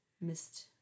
missed